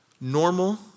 Normal